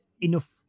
enough